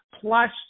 plus